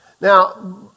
Now